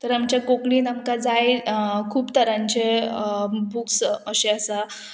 तर आमच्या कोंकणीन आमकां जाय खूब तरांचे बुक्स अशें आसा